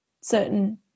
certain